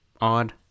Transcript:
odd